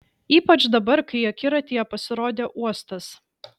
ypač dabar kai akiratyje pasirodė uostas